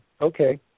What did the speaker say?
okay